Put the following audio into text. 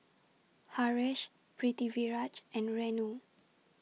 Haresh Pritiviraj and Renu